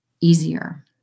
easier